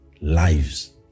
lives